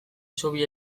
zubi